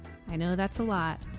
i know that's a lot.